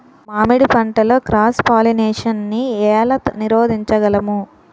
మామిడి పంటలో cross pollination నీ ఏల నీరోధించగలము?